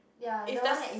it's the